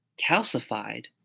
calcified